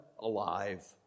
alive